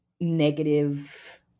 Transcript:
negative